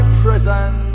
prison